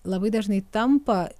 labai dažnai tampa